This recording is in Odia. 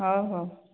ହଉ ହଉ